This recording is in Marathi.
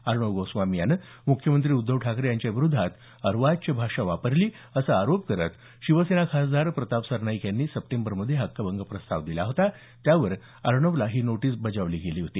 अणंब गोस्वामी यानं मुख्यमंत्री उद्धव ठाकरे यांच्या विरोधात अर्वाच्य भाषा वापरली असा आरोप करत शिवसेना खासदार प्रताप सरनाईक यांनी सप्टेंबरमध्ये हक्कभंग प्रस्ताव दिला होता त्यावर अर्णबला ही नोटीस बजावली गेली होती